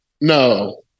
no